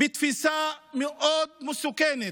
בתפיסה מאוד מסוכנת,